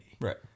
Right